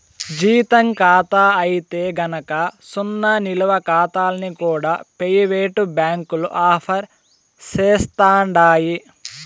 జీతం కాతా అయితే గనక సున్నా నిలవ కాతాల్ని కూడా పెయివేటు బ్యాంకులు ఆఫర్ సేస్తండాయి